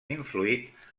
influït